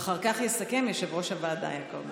ואחר כך יסכם יושב-ראש הוועדה יעקב מרגי.